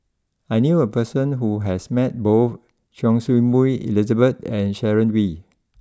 I knew a person who has met both Choy Su Moi Elizabeth and Sharon Wee